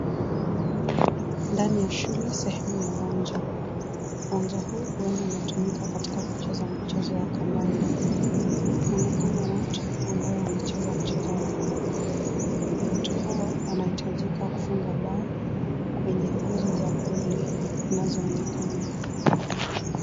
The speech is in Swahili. Ndani ya shule sehemu ya uwanja. Uwanja huu, huenda unatumika katika kucheza mchezo wa kandanda. Inaonekana watu, ambao wanacheza mchezo wa kandanda. Watoto hao, wanahitajika kufunga bao, kwenye nguzo za goli, zinazoonekana.